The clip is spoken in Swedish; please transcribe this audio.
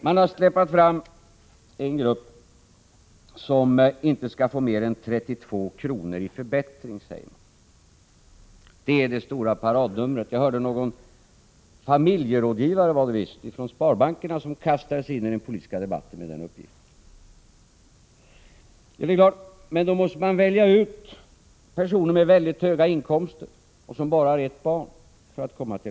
Man har släpat fram en grupp som inte kommer att få mer än 32 kr. i förbättring — det är det stora paradnumret. Jag hörde någon familjerådgivare från sparbankerna kasta sig in i den politiska debatten med den uppgiften. För att komma fram till den siffran måste man välja ut personer som har mycket höga inkomster och som bara har ett barn.